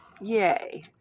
yay